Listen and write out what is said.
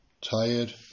tired